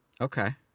Okay